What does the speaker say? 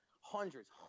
Hundreds